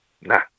nah